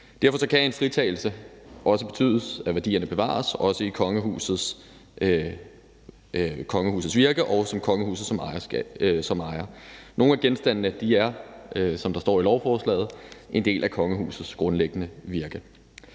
Derfor kan en fritagelse også betyde, at værdierne bevares i kongehusets virke og med kongehuset som ejer. Nogle af genstandene er, som der står i lovforslaget, en del af kongehusets grundlæggende virke.